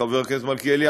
חבר הכנסת מלכיאלי,